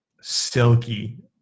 Silky